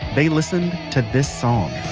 they listened to this song